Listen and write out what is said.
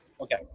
Okay